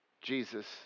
Jesus